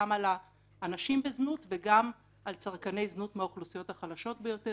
גם על האנשים בזנות וגם על צרכני זנות מהאוכלוסיות החלשות ביותר,